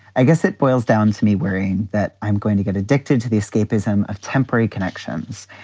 i guess it boils down to me wearing that i'm going to get addicted to the escapism of temporary connections.